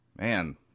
Man